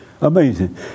Amazing